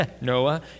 Noah